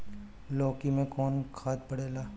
लौकी में कौन खाद पड़ेला?